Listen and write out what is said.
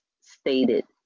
stated